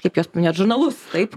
kaip jos paminėjot žurnalus taip